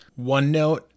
OneNote